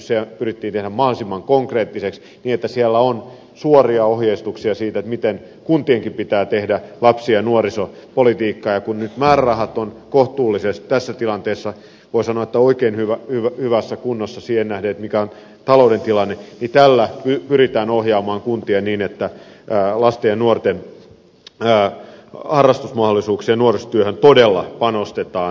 se pyrittiin tekemään mahdollisimman konkreettiseksi niin että siellä on suoria ohjeistuksia siitä miten kuntienkin pitää tehdä lapsi ja nuorisopolitiikkaa ja kun nyt määrärahat ovat kohtuulliset tässä tilanteessa voi sanoa että oikein hyvässä kunnossa siihen nähden mikä on talouden tilanne tällä pyritään ohjaamaan kuntia niin että lasten ja nuorten harrastusmahdollisuuksiin ja nuorisotyöhön todella panostetaan